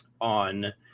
on